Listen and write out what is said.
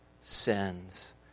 sins